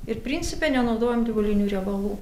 ir principe nenaudojam gyvulinių riebalų